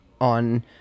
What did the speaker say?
on –